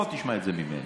לא תשמע את זה ממני.